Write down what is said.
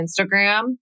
Instagram